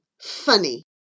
funny